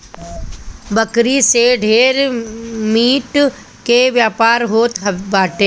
बकरी से ढेर मीट के व्यापार होत बाटे